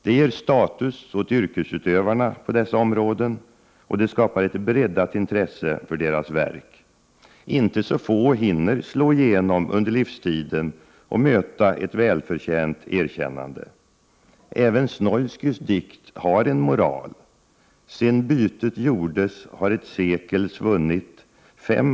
Det ger status åt yrkesutövarna på dessa områden och det skapar ett breddat intresse för deras verk. Inte så få hinner ”slå igenom” under livstiden och möta ett välförtjänt erkännande. Även Snoilskys dikt har en moral: den gamla krukan — hon står ännu bi.